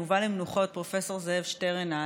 יובא למנוחות פרופ' זאב שטרנהל,